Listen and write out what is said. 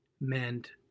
meant